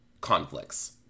conflicts